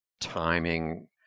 timing